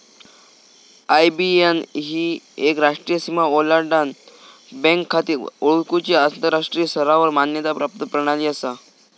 IBAN ही एक राष्ट्रीय सीमा ओलांडान बँक खाती ओळखुची आंतराष्ट्रीय स्तरावर मान्यता प्राप्त प्रणाली असा